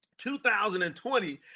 2020